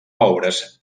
obres